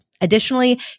Additionally